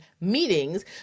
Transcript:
meetings